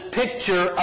picture